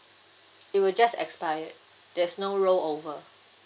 it will just expire there's no rollover